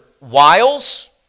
wiles